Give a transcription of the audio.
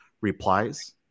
replies